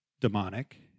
demonic